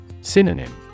Synonym